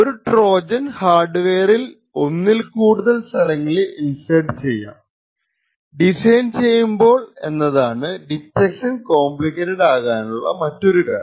ഒരു ട്രോജൻ ഒരു ഹാർഡ് വെയറിൽ ഒന്നിൽ കൂടുതൽ സ്ഥലങ്ങളിൽ ഇൻസേർട്ട് ചെയ്യാം ഡിസൈൻ ചെയ്യുമ്പോൾ എന്നതാണ് ഡിറ്റക്ഷൻ കോംപ്ലിക്കേറ്റഡ് ആകാനുള്ള മറ്റൊരു കാരണം